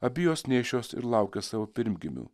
abi jos nėščios ir laukia savo pirmgimių